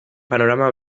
panorama